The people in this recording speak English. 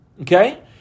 okay